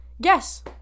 Guess